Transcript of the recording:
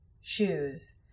shoes